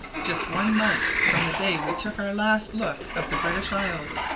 just one month from the day we took our last look of the british isles.